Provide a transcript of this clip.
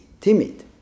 timid